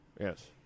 Yes